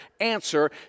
answer